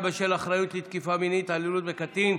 בשל אחריות לתקיפה מינית או התעללות בקטין),